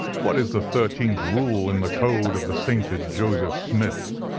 what is the thirteenth rule in the code of the sainted joseph smith?